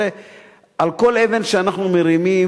הרי כל אבן שאנחנו מרימים,